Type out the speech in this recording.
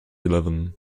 eleven